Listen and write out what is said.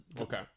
Okay